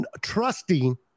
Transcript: trusting